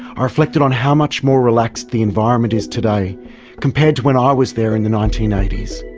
ah reflected on how much more relaxed the environment is today compared to when i was there in the nineteen eighty s.